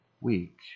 week